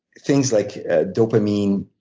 things like dopamine,